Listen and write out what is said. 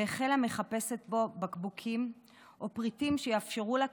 והחלה מחפשת בו בקבוקים או פריטים שיאפשרו לה,